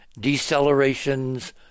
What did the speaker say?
decelerations